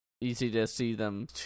easy-to-see-them